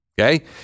Okay